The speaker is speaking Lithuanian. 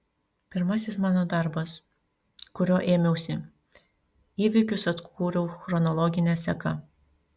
pirmasis mano darbas kurio ėmiausi įvykius atkūriau chronologine seka